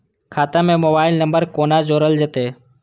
खाता से mobile number कोना जोरल जेते?